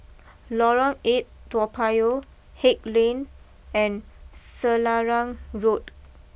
Lorong eight Toa Payoh Haig Lane and Selarang Road